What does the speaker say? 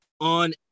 on